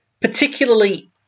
particularly